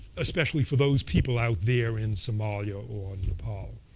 especially for those people out there in somalia or nepal.